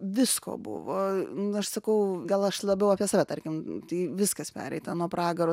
visko buvo nu aš sakau gal aš labiau apie save tarkim tai viskas pereita nuo pragaro